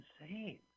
insane